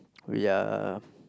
we are